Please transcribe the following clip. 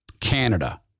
Canada